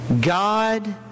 God